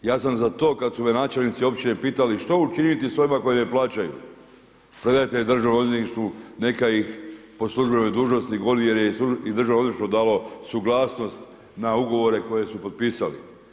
Ja sam za to kada su me načelnici općine pitali što učiniti s onima koji ne plaćaju, predajte ih Državnom odvjetništvu neka ih po službenoj dužnosti goni jer je i Državno odvjetništvo dalo suglasnost na ugovore koje su potpisali.